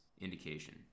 indication